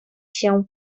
się